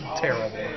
terrible